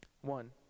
One